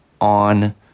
on